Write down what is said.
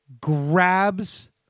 grabs